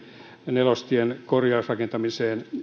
nelostien korjausrakentamiseen